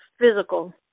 physical